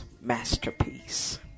masterpiece